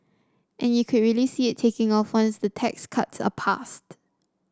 and you could really see it taking off once the tax cuts are passed